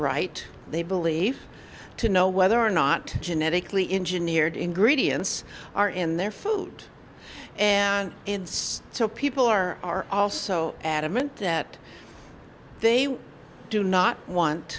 right they believe to know whether or not genetically engineered ingredients are in their food and in so so people are also adamant that they do not want